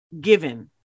given